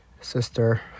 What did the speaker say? sister